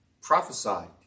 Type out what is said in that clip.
prophesied